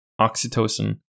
oxytocin